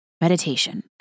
meditation